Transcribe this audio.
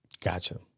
gotcha